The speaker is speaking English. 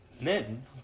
men